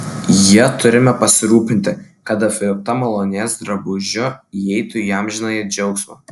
ja turime pasirūpinti kad apvilkta malonės drabužiu įeitų į amžinąjį džiaugsmą